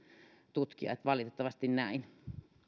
tutkia että valitettavasti näin